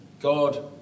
God